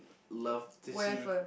love to see